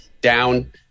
down